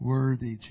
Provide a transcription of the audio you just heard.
Worthy